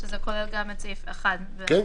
וזה כולל גם את סעיף 1 --- ראשון.